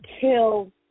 kill